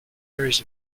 areas